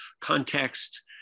context